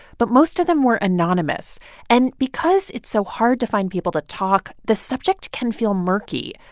but most of them were anonymous and because it's so hard to find people to talk, the subject can feel murky,